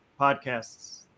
podcasts